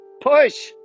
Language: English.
Push